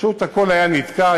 פשוט הכול היה נתקע.